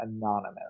anonymous